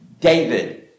David